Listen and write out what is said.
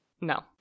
No